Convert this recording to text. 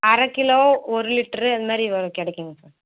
அரை கிலோ ஒரு லிட்ரு அது மாதிரி வரும் கிடைக்குங்க சார்